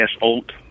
Old